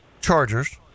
Chargers